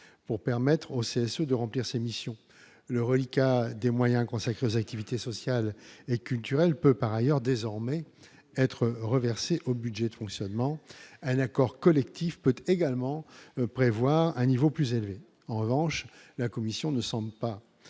pour permettre aux sessions de remplir ses missions, le reliquat des moyens consacrés aux activités sociales et culturelles peut par ailleurs désormais être reversé au budget de fonctionnement L accord collectif peut également prévoir un niveau plus élevé, en revanche, la commission ne semble pas,